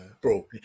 Bro